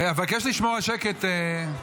אבקש לשמור על שקט.